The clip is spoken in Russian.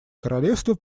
королевство